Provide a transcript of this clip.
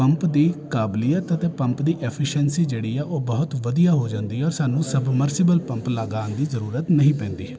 pump ਦੀ ਕਾਬਲੀਅਤ ਅਤੇ ਪੰਪ ਦੀ ਐਫੀਸ਼ੀਐਂਸੀ ਜਿਹੜੀ ਆ ਉਹ ਬਹੁਤ ਵਧੀਆ ਹੋ ਜਾਂਦੀ ਹੈ ਸਾਨੂੰ ਸਬਮਰਸੀਬਲ ਪੰਪ ਲਗਾਉਣ ਦੀ ਜ਼ਰੂਰਤ ਨਹੀਂ ਪੈਂਦੀ